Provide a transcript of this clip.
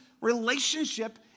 relationship